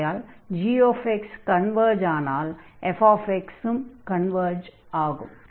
ஆகையால் gx converge ஆனால் fx converge ஆகும்